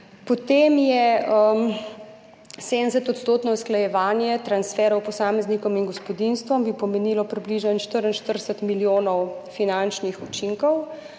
Potem je 70-odstotno usklajevanje transferjev posameznikom in gospodinjstvom, ki bi pomenilo približno 44 milijonov finančnih učinkov,